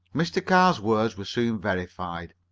mr. carr's words were soon verified.